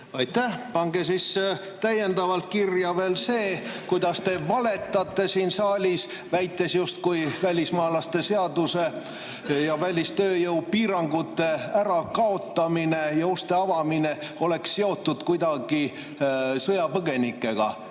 Aitäh! Pange siis täiendavalt kirja veel see, kuidas te valetate siin saalis, väites, justkui välismaalaste seadusega välistööjõu piirangute ärakaotamine ja uste avamine oleks seotud kuidagi sõjapõgenikega.